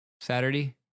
Saturday